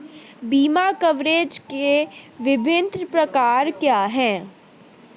बीमा कवरेज के विभिन्न प्रकार क्या हैं?